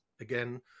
again